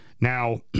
Now